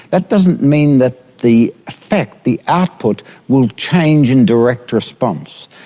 that doesn't mean that the effect, the output will change in direct response.